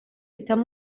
están